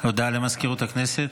הודעה למזכירות הכנסת.